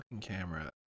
camera